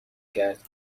کرد